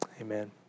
Amen